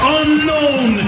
unknown